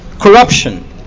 corruption